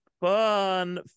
Fun